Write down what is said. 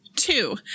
Two